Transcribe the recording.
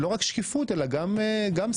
לא רק שקיפות אלא גם סנקציות.